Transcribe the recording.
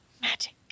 magic